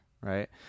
right